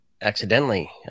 accidentally